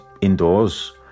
indoors